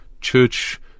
church